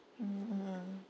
mm mm